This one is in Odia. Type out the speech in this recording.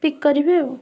ପିକ୍ କରିବେ ଆଉ